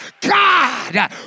God